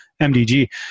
MDG